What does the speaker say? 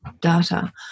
data